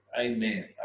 Amen